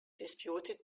disputed